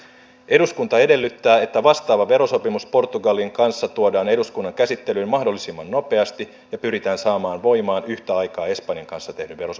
eduskunta edellyttää että vastaava verosopimus portugalin kanssa tuodaan eduskunnan käsittelyyn mahdollisimman nopeasti ja pyritään saamaan voimaan yhtä aikaa espanjan kanssa tehdyn verosopimuksen kanssa